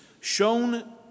shown